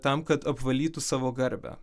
tam kad apvalytų savo garbę